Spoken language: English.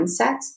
mindset